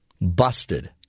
Busted